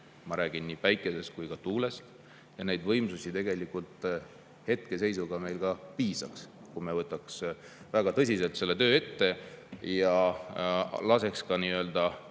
Ma räägin nii päikesest kui ka tuulest. Nendest võimsustest hetkeseisuga meile ka piisaks, kui me võtaksime väga tõsiselt selle töö ette ja laseksime ka nii-öelda